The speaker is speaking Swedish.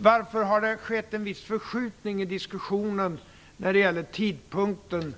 Varför har det i diskussionen skett en viss förskjutning när det gäller tidpunkten